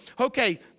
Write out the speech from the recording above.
okay